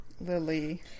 Lily